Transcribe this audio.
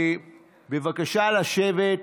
בבקשה לשבת.